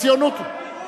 כל הציונות,